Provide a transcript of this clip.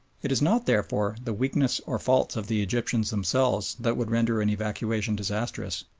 it is not, therefore, the weakness or faults of the egyptians themselves that would render an evacuation disastrous,